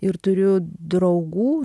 ir turiu draugų